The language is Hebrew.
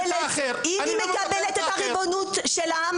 שאם היא מקבלת את הריבונות של העם